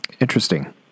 Interesting